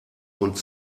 und